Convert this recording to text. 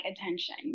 attention